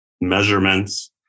measurements